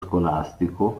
scolastico